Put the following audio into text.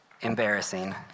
Embarrassing